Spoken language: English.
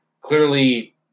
clearly